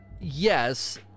yes